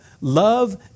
Love